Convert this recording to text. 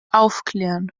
aufklären